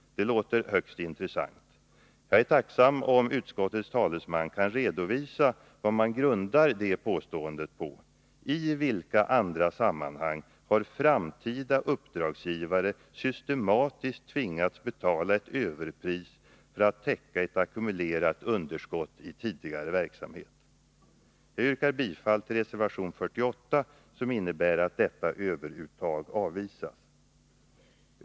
Det låter högst intressant. Jag är tacksam om utskottets talesman kan redovisa vad man grundar detta påstående på. I vilka andra sammanhang har framtida uppdragsgivare systematiskt tvingats betala ett överpris för att täcka ett ackumulerat underskott i tidigare verksamhet? Jag yrkar bifall till reservation 48, som innebär att detta överuttag avvisas. Herr talman!